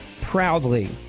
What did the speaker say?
proudly